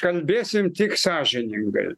kalbėsim tik sąžiningai